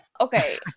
okay